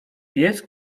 pies